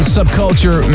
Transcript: Subculture